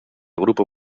grupo